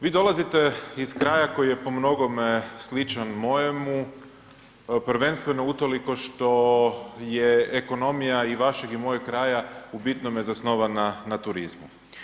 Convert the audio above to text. Vi dolazite iz kraja koji je po mnogome sličan mojemu, prvenstveno utoliko što je ekonomija i vašeg i mojeg kraja u bitnome zasnovana na turizmu.